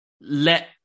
let